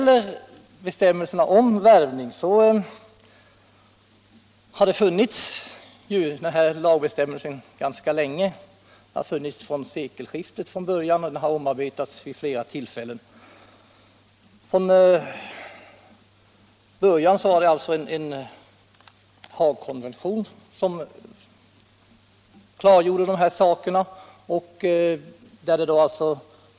Lagbestämmelsen om värvning har ju funnits ganska länge. Det fanns en bestämmelse från sekelskiftet, och den har omarbetats vid flera tillfällen. Från början var det en Haagkonvention som klargjorde dessa saker.